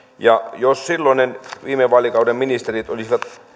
jos viime vaalikauden ministerit olisivat